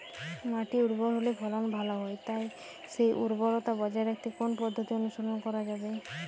মাটি উর্বর হলে ফলন ভালো হয় তাই সেই উর্বরতা বজায় রাখতে কোন পদ্ধতি অনুসরণ করা যায়?